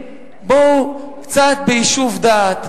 ביישוב דעת,